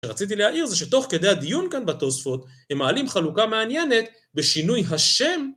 מה שרציתי להעיר זה שתוך כדי הדיון כאן בתוספות הם מעלים חלוקה מעניינת בשינוי השם